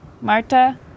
Marta